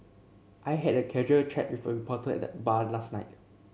I had a casual chat with a reporter at the bar last night